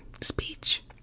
speech